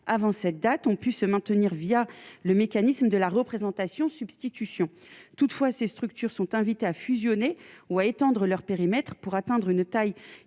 avant cette date, ont pu se maintenir, via le mécanisme de la représentation substitution toutefois, ces structures sont invités à fusionner ou à étendre leur périmètre pour atteindre une taille